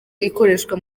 ikoreshwa